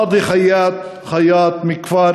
מאדי חייאט מכפר